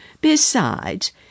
Besides